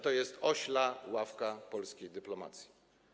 To jest ośla ławka polskiej dyplomacji.